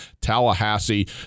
tallahassee